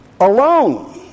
alone